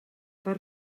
per